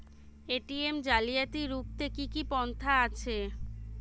ATM জালিয়াতি রুখতে কি কি পন্থা আছে?